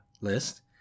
list